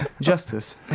justice